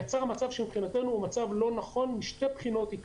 זה יצר מצב שמבחינתנו הוא לא נכון משלוש בחינות.